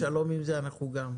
ואם את חיה בשלום עם זה אנחנו גם.